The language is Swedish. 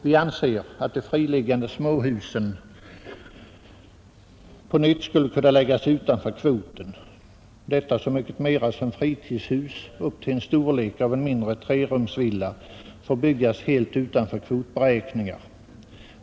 Vi anser att de friliggande småhusen på nytt skulle förläggas utanför kvoten, detta så mycket mera som fritidshus upp till en storlek av en mindre trerumsvilla får byggas helt utanför denna.